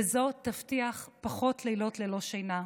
וזו תבטיח פחות לילות ללא שינה,